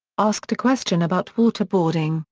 asked a question about waterboarding,